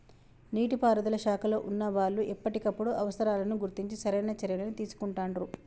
నీటి పారుదల శాఖలో వున్నా వాళ్లు ఎప్పటికప్పుడు అవసరాలను గుర్తించి సరైన చర్యలని తీసుకుంటాండ్రు